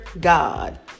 god